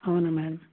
అవును మ్యామ్